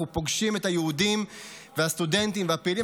אנחנו פוגשים את היהודים והסטודנטים והפעילים,